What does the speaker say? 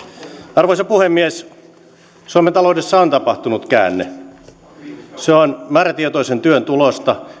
arvoisa puhemies suomen taloudessa on tapahtunut käänne se on määrätietoisen työn tulosta